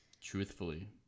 truthfully